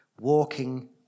walking